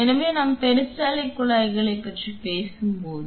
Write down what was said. எனவே நாம் பெரிஸ்டால்டிக் குழாய்களைப் பற்றி பேசும்போது